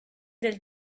del